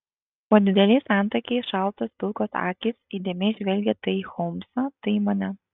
po dideliais antakiais šaltos pilkos akys įdėmiai žvelgė tai į holmsą tai į mane